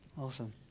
Awesome